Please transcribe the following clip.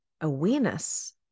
awareness